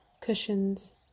cushions